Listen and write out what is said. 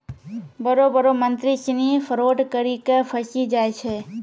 बड़ो बड़ो मंत्री सिनी फरौड करी के फंसी जाय छै